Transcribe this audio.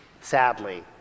sadly